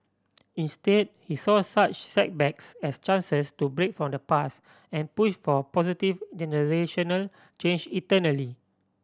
instead he saw such setbacks as chances to break from the past and push for positive generational change internally